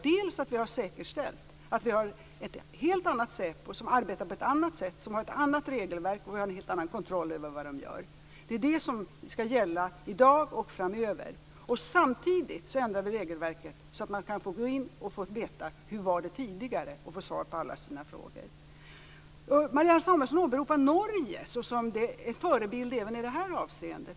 Vi har säkerställt att vi har ett helt annat säpo som arbetar på ett annat sätt och som har ett annat regelverk. Vi har en helt annan kontroll över vad de gör. Det är det som skall gälla i dag och framöver. Samtidigt ändrar vi regelverket så att man kan gå in och få veta hur det var tidigare och få svar på alla sina frågor. Marianne Samuelsson åberopar Norge som en förebild även i det här avseendet.